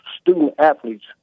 student-athletes